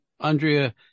Andrea